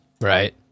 Right